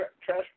trash